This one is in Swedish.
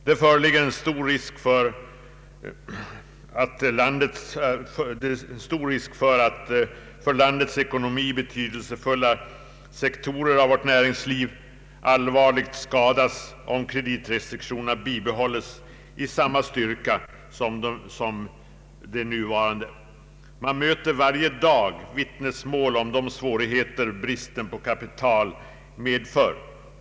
Det föreligger en stor risk att för landets ekonomi betydelsefulla sektorer av vårt näringsliv allvarligt skadas om kreditrestriktionerna bibehålls med samma styrka som nu. Man möter varje dag vittnesmål om de svårigheter som bristen på kapital medför.